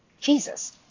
Jesus